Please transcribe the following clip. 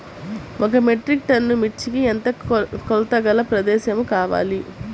ఒక metric tonne మిర్చికి ఎంత కొలతగల ప్రదేశము కావాలీ?